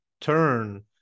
turn